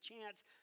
chance